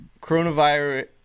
coronavirus